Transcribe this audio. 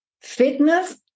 fitness